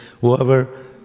whoever